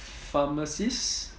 pharmacist